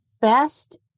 best